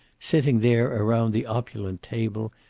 sitting there around the opulent table,